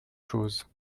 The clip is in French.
chose